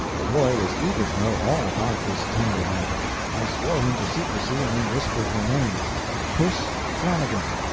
the boy was eager to know all about this tender matter. i swore him to secrecy and then whispered her name puss flanagan.